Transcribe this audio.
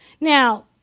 Now